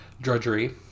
drudgery